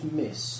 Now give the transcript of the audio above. miss